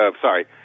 sorry